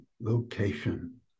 location